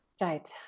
Right